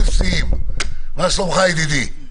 מה שלומך ידידי?